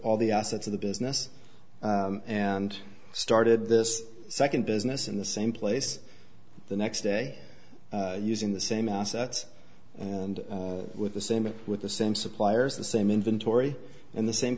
all the assets of the business and started this second business in the same place the next day using the same assets and with the same with the same suppliers the same inventory and the same